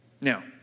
Now